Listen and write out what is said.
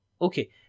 Okay